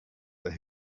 that